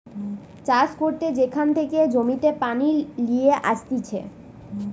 চাষ করতে যেখান থেকে জমিতে পানি লিয়ে আসতিছে